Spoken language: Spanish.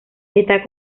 está